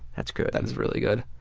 that's good. that's really good.